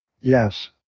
Yes